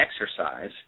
exercise